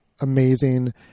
amazing